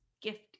gift